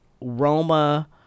Roma